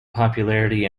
popularity